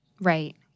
Right